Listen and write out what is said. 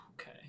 Okay